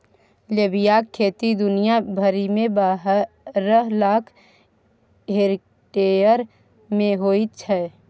लोबियाक खेती दुनिया भरिमे बारह लाख हेक्टेयर मे होइत छै